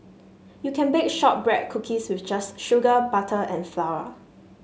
you can bake shortbread cookies with just sugar butter and flour